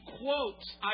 quotes